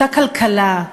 אותה כלכלה,